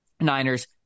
Niners